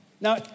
Now